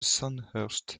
sandhurst